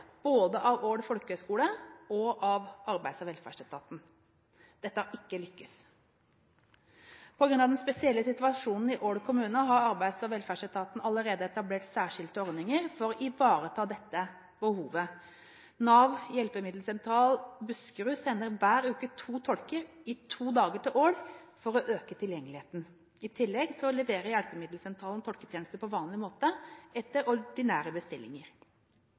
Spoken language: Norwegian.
både av Ål Folkehøyskole og av Arbeids- og velferdsetaten. Dette har ikke lyktes. På grunn av den spesielle situasjonen i Ål kommune har Arbeids- og velferdsetaten allerede etablert særskilte ordninger for å ivareta dette behovet. Nav Hjelpemiddelsentral Buskerud sender hver uke to tolker i to dager til Ål for å øke tilgjengeligheten. I tillegg leverer hjelpemiddelsentralen tolketjenester på vanlig måte etter ordinære bestillinger.